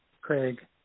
Craig